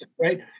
right